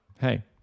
hey